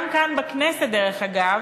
גם כאן, בכנסת, דרך אגב,